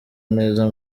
neza